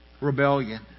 Rebellion